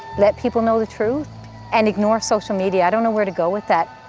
let people know the truth and ignore social media. i don't know where to go with that.